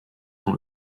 dans